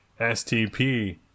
STP